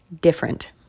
different